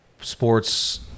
sports